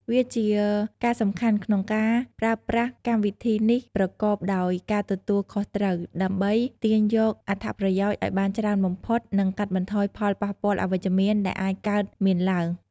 វាជាការសំខាន់ក្នុងការប្រើប្រាស់កម្មវិធីនេះប្រកបដោយការទទួលខុសត្រូវ ដើម្បីទាញយកអត្ថប្រយោជន៍ឱ្យបានច្រើនបំផុត និងកាត់បន្ថយផលប៉ះពាល់អវិជ្ជមានដែលអាចកើតមានឡើង។